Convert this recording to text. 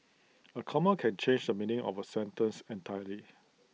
A comma can change the meaning of A sentence entirely